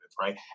right